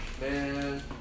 Man